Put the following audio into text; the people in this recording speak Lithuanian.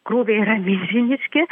krūviai yra milžiniški